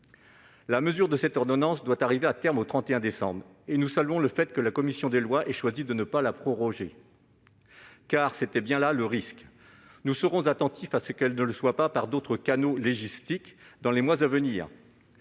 salariés. Cette disposition doit arriver à terme le 31 décembre. Nous saluons le fait que la commission des lois ait choisi de ne pas la proroger, car tel était le risque. Nous serons attentifs à ce qu'elle ne le soit pas par d'autres canaux légistiques dans les mois à venir.